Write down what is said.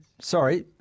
Sorry